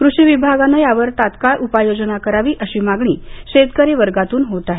कृषी विभागाने यावर तात्काळ उपाययोजना करावी अशी मागणी शेतकरी वर्गातुन होत आहे